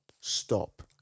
stop